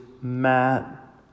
Matt